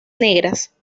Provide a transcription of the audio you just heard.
negras